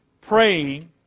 praying